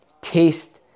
taste